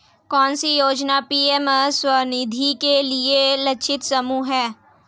कौन सी योजना पी.एम स्वानिधि के लिए लक्षित समूह है?